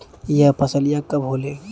यह फसलिया कब होले?